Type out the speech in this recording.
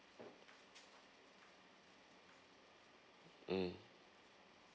mm